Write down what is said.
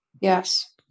Yes